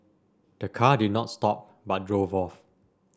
the car did not stop but drove off